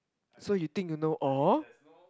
so you think you know all